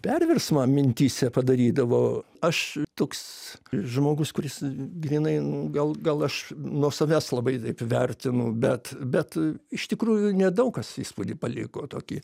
perversmą mintyse padarydavo aš toks žmogus kuris grynai nu gal gal aš nuo savęs labai taip vertinu bet bet iš tikrųjų nedaug kas įspūdį paliko tokį